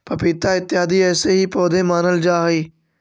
पपीता इत्यादि ऐसे ही पौधे मानल जा हई